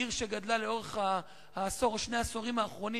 זו עיר שגדלה לאורך שני העשורים האחרונים